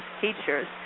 teachers